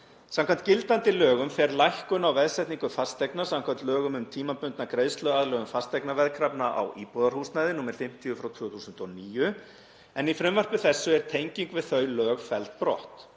Samkvæmt gildandi lögum fer lækkun á veðsetningu fasteignar samkvæmt lögum um tímabundna greiðsluaðlögun fasteignaveðkrafna á íbúðarhúsnæði, nr. 50/2009, en í frumvarpi þessu er tenging við þau lög felld brott.